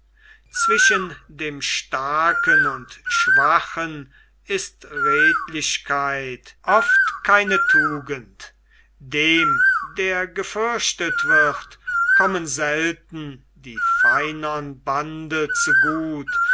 zwischen dem starken und schwachen ist redlichkeit oft keine tugend dem der gefürchtet wird kommen selten die feinern bande zu gut